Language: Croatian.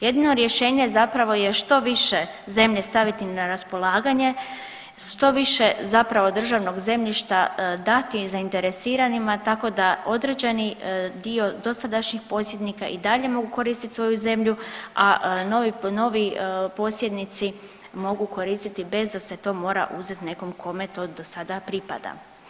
Jedino rješenje zapravo je što više zemlje staviti na raspolaganje, što više zapravo državnog zemljišta dati zainteresiranima tako da određeni dio dosadašnjih posjednika i dalje mogu koristiti svoju zemlju, a novi posjednici mogu koristiti bez da se to mora uzeti nekom kome to do sada pripada.